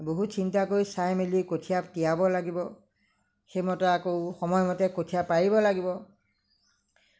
বহুত চিন্তা কৰি চাই মেলি কঠিয়া তিয়াব লাগিব সেইমতে আকৌ কঠিয়া পাৰিব লাগিব